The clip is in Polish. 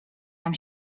nam